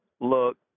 look